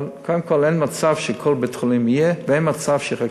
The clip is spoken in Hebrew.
אבל קודם כול אין מצב שבכל בית-חולים יהיה ואין מצב שיחכו.